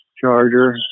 charger